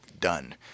done